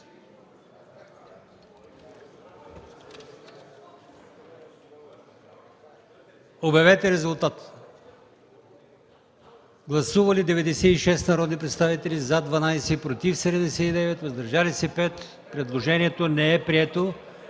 Моля, гласувайте. Гласували 96 народни представители: за 12, против 79, въздържали се 5. Предложението не е прието.